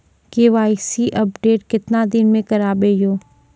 KYC update केतना दिन मे करेबे यो?